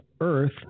earth